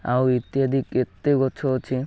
ଆଉ ଇତ୍ୟାଦି କେତେ ଗଛ ଅଛି